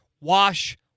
Wash